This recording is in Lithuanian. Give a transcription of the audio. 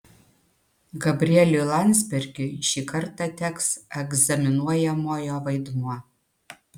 gabrieliui landsbergiui šį kartą teks egzaminuojamojo vaidmuo